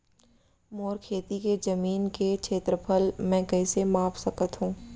मोर खेती के जमीन के क्षेत्रफल मैं कइसे माप सकत हो?